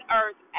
earth